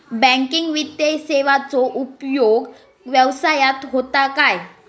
Banking वित्तीय सेवाचो उपयोग व्यवसायात होता काय?